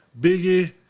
Biggie